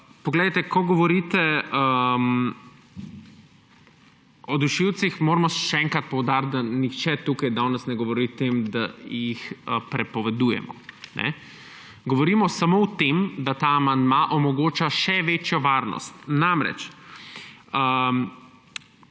z vami. Ko govorite o dušilcih, moramo še enkrat poudariti, da nihče tukaj danes ne govori o tem, da jih prepovedujemo. Govorimo samo o tem, da ta amandma omogoča še večjo varnost. Nekdo,